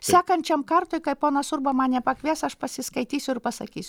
sekančiam kartui kai ponas urba mane pakvies aš pasiskaitysiu ir pasakysiu